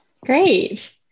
Great